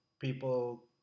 people